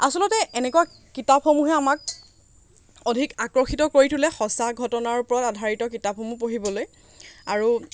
আচলতে এনেকুৱা কিতাপসমূহে আমাক অধিক আকৰ্ষিত কৰি তোলে সঁচা ঘটনাৰ ওপৰত আধাৰিত কিতাপসমূহ পঢ়িবলৈ আৰু